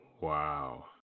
wow